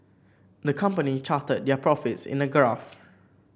the company charted their profits in a graph